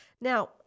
Now